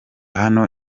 hano